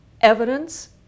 evidence